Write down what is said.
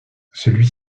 celui